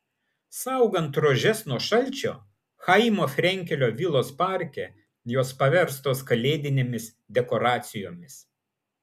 saugant rožes nuo šalčio chaimo frenkelio vilos parke jos paverstos kalėdinėmis dekoracijomis